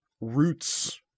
roots